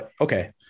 Okay